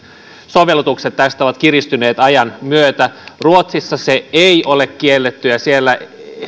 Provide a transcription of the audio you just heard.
sovellutukset tästä ovat kiristyneet ajan myötä ruotsissa se ei ole kielletty ja siellä